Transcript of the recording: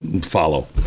follow